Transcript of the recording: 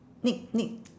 neak neak